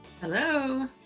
Hello